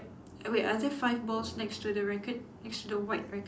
oh wait are there five balls next to the racket it's the white racket